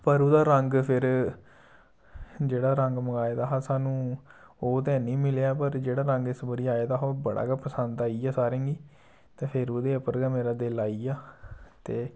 पर ओह्दा रंग फिर जेह्ड़ा रंग मंगाए दा हा सानूं ओह् ते हैनी मिलेआ पर जेह्ड़ा रंग इस बारी आए दा हा ओह् बड़ा गै पसंद आई गेआ सारें गी ते फिर ओह्दे उप्पर गै मेरा दिल आई गेआ ते